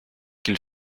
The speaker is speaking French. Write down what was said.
qu’il